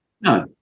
No